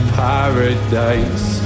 paradise